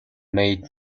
made